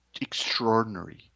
extraordinary